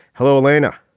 hello lana.